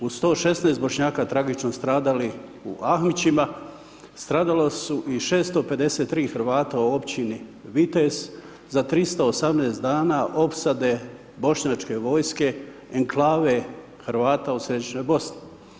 Uz 116 Bošnjaka tragično stradalih u Ahmićima, stradala su i 653 Hrvata u općini Vitez za 318 dana opsade bošnjačke vojske enklave Hrvata u Središnjoj Bosni.